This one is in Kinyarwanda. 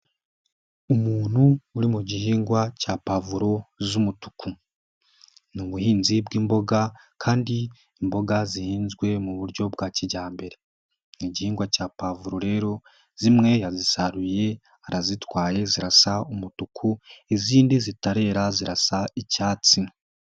Umuntu uri mu gihingwa cya pavuro z'umutuku, ni ubuhinzi bw'imboga kandi imboga zihinzwe mu buryo bwa kijyambere, ni igihingwa cya povuro rero zimwe yazisaruye arazitwaye zirasa umutuku, izindi zitarera zirasa icyatsi.